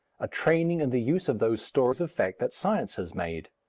a training in the use of those stores of fact that science has made.